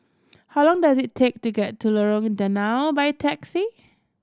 how long does it take to get to Lorong Danau by taxi